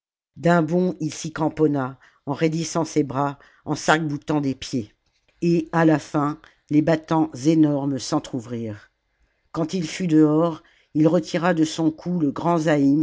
d'un bond il s'y cramponna en raidissant ses bras en s'arcboutant des pieds et à la fin les battants énormes s'entr'ouvrirent quand il fut dehors il retirade son cou le grand